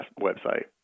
website